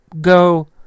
Go